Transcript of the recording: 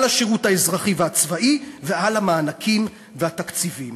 על השירות האזרחי והצבאי ועל המענקים והתקציביים.